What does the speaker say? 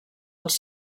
als